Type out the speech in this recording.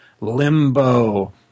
Limbo